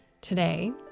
today